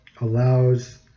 allows